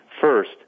First